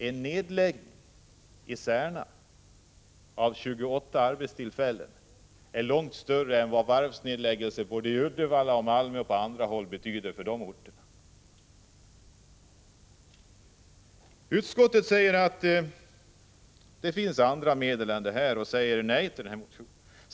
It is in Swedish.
En nedläggning i Särna av 28 arbetstillfällen har långt större betydelse än varvsnedläggningarna i Uddevalla och Malmö och på andra håll har på de orterna. Utskottet säger att det finns andra medel än detta och säger nej till motionen.